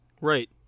Right